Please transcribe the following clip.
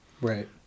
right